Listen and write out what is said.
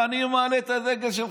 ואני מעלה את הדגל של חב"ד,